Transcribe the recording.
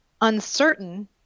uncertain